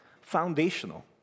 foundational